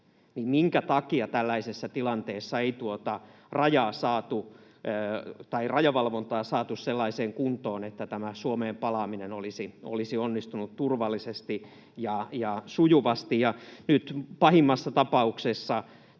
niin minkä takia tällaisessa tilanteessa ei tuota rajavalvontaa saatu sellaiseen kuntoon, että tämä Suomeen palaaminen olisi onnistunut turvallisesti ja sujuvasti? Nyt pahimmassa tapauksessa